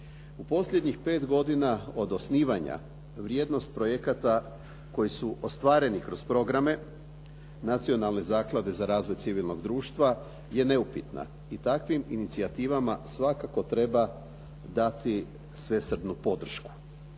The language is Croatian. U posljednjih pet godina od osnivanja vrijednost projekata koji su ostvareni kroz programe Nacionalne zaklade za razvoj civilnog društva je neupitna. I takvim inicijativama svakako treba dati svesrdnu podršku.